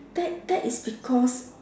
that that is because